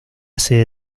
sede